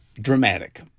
dramatic